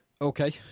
Okay